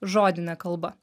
žodine kalba